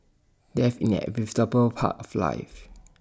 death in an inevitable part of life